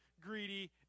greedy